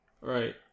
right